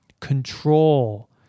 Control